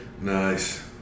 Nice